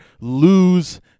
lose